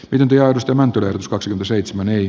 yhtiö osti mäntynen s kaksi seitsemän ei